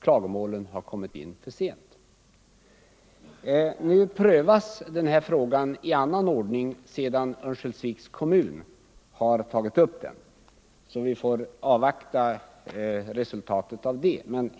klagomålen har inkommit för sent. Nu prövas emellertid denna fråga i annan ordning, sedan Örnsköldsviks kommun har tagit upp den, och vi får därför avvakta resultatet därav.